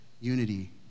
Unity